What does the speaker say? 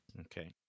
Okay